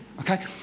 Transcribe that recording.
okay